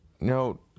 no